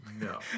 No